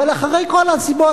אבל אחרי כל הסיבות